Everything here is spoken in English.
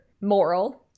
moral